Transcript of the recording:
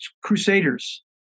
Crusaders